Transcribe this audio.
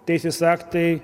teisės aktai